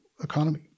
economy